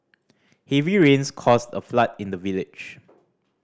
heavy rains caused a flood in the village